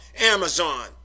Amazon